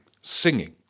singing